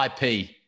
IP